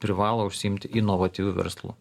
privalo užsiimt inovatyviu verslu